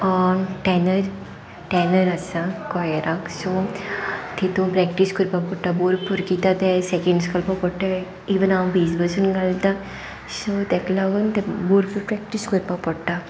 tanner tenor आसां क्वायरांक सो तितून प्रॅक्टीस कोरपा पडटा भोरपूर कित्या ते सॅकेंड्स घालपाक पडटा इवन हांव बेझ पसून घालतां सो तेका लागोन ते भोरपूर प्रॅक्टीस कोरपा पडटा